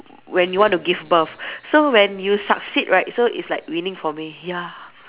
when you want to give birth so when you succeed right so it's like winning for me ya